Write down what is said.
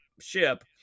ship